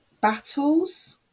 battles